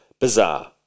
bizarre